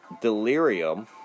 delirium